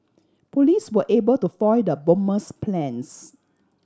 police were able to foil the bomber's plans